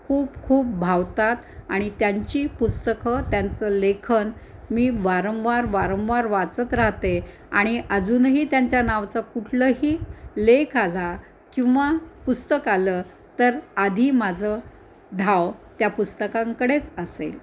खूप खूप भावतात आणि त्यांची पुस्तकं त्यांचं लेखन मी वारंवार वारंवार वाचत राहते आणि अजूनही त्यांच्या नावचं कुठलंही लेख आला किंवा पुस्तक आलं तर आधी माझं धाव त्या पुस्तकांकडेच असेल